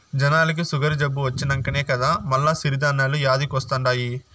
జనాలకి సుగరు జబ్బు వచ్చినంకనే కదా మల్ల సిరి ధాన్యాలు యాదికొస్తండాయి